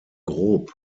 grob